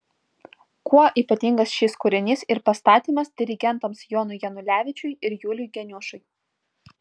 kuo ypatingas šis kūrinys ir pastatymas dirigentams jonui janulevičiui ir juliui geniušui